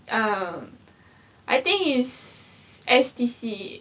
um I think it's S_T_C